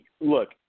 look